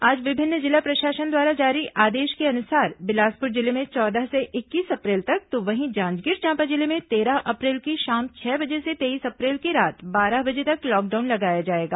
आज विभिन्न जिला प्रशासन द्वारा जारी आदेश के अनुसार बिलासपुर जिले में चौदह से इक्कीस अप्रैल तक तो वहीं जांजगीर चांपा जिले में तेरह अप्रैल की शाम छह बजे से तेईस अप्रैल की रात बारह बजे तक लॉकडाउन लगाया जाएगा